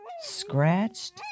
scratched